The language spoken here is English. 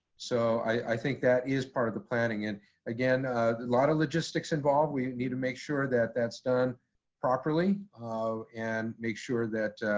so i think that is part of the planning. and again, a lot of logistics involved. we need to make sure that that's done properly um and make sure that